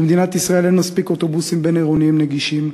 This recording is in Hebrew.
במדינת ישראל אין מספיק אוטובוסים בין-עירוניים נגישים,